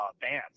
bands